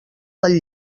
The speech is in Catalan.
del